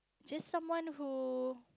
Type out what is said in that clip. just someone who